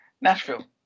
Nashville